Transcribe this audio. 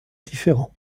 différent